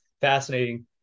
fascinating